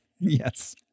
Yes